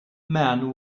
man